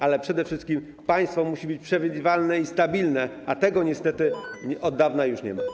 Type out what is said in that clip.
Ale przede wszystkim państwo musi być przewidywalne i stabilne, a tego niestety od dawna już nie ma.